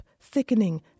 thickening